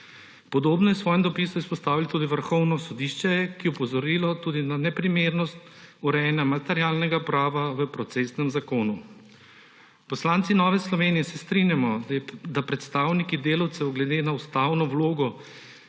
Podobno je v svojem dopisu izpostavilo tudi Vrhovno sodišče, ki je opozorilo tudi na neprimernost urejanja materialnega prava v procesnem zakonu. Poslanci Nove Slovenije se strinjamo, da predstavniki delavcev glede na ustavno vlogo